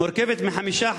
מורכבת מחמישה חברים.